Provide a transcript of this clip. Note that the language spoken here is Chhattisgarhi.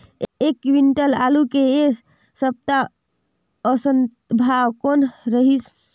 एक क्विंटल आलू के ऐ सप्ता औसतन भाव कौन रहिस?